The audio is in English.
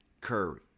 Curry